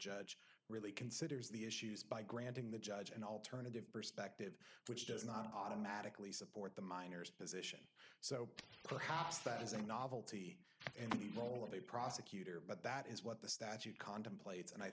judge really considers the issues by granting the judge an alternative perspective which does not automatically support the minors position so perhaps that is a novelty and the role of a prosecutor but that is what the statute contemplates and i